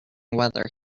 weather